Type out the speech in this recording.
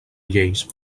lleis